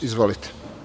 Izvolite.